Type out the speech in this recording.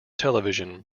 television